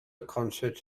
concert